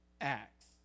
acts